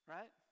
Right